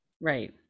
Right